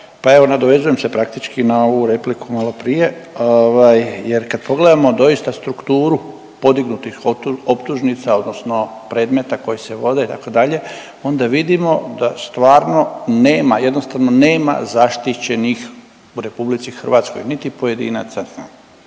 nadovezujem se, praktički na ovu repliku maloprije, ovaj jer kad pogledamo doista strukturu podignutih optužnica odnosno predmeta koji se vode, itd. onda vidimo da stvarno nema, jednostavno nema zaštićenih u RH niti pojedinaca